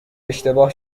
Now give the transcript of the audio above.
اشتباه